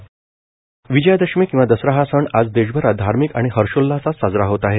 दसरा विजयादशमी किंवा दसरा हा सण आज देशभरात धार्मिक आणि हर्षोल्हासात साजरा होत आहे